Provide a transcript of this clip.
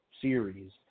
series